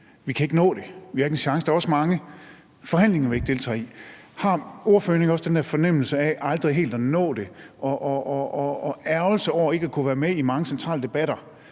Vi kan ikke nå det. Vi har ikke en chance. Der er også mange forhandlinger, vi ikke deltager i. Har ordføreren ikke også den her fornemmelse af aldrig helt at nå det og ærgrelse over ikke at kunne være med i mange centrale debatter,